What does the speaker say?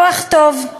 לקוח טוב,